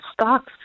stocks